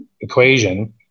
equation